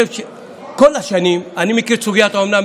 כל השנים אני מכיר את סוגיית האומנה,